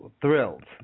thrilled